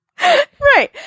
Right